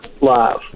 live